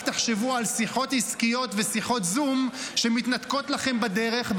רק תחשבו על שיחות עסקיות ושיחות זום שמתנתקות לכם בדרך,